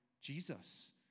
Jesus